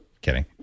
Kidding